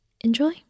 enjoy